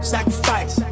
Sacrifice